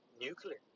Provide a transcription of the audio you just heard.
nuclear